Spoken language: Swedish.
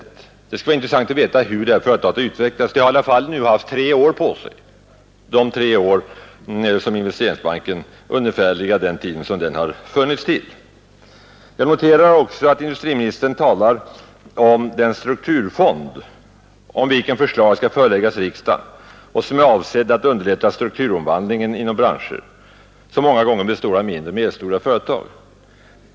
Det skulle vara intressant att få veta hur detta företag har utvecklats. Det har i alla fall nu haft tre år på sig — ungefär samma tid som Investeringsbanken har funnits till. Jag noterar också att industriministern nämner den strukturfond, om vilken förslag skall föreläggas riksdagen och som är avsedd att underlätta strukturomvandlingen inom branscher som många gånger består av mindre och medelstora företag.